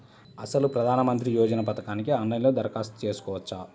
అసలు ప్రధాన మంత్రి యోజన పథకానికి ఆన్లైన్లో దరఖాస్తు చేసుకోవచ్చా?